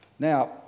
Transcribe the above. Now